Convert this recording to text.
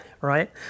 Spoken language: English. right